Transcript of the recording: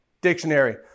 dictionary